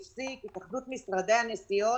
כי אמרנו שזה לא יכול להיות --- בעקבות דיון שקיימנו בנושא.